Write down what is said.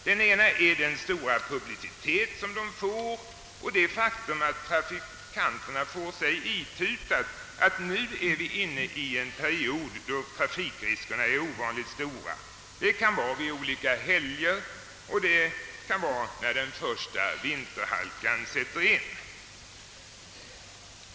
Den ena är den stora publicitet de får och den andra det faktum att trafikanterna får sig itutat att vi nu är inne i en tids period då trafikriskerna är påtagliga — t.ex. vid stora helger eller när den första vinterhalkan sätter in.